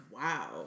Wow